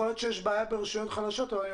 יכול להיות שיש בעיה ברשויות חלשות אבל אני